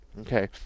Okay